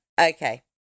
Okay